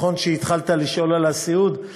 נכון שהתחלת לשאול על הסיעוד,